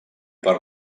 per